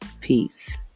Peace